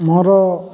ମୋର